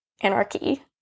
anarchy